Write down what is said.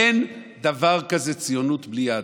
אין דבר כזה ציונות בלי יהדות.